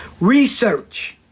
Research